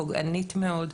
פוגענית מאוד,